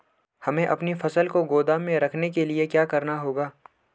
हमें अपनी फसल को गोदाम में रखने के लिये क्या करना होगा?